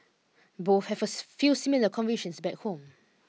both have a few similar convictions back home